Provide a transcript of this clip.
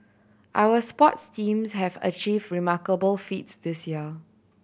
our sports teams have achieve remarkable feats this year